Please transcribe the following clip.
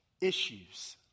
issues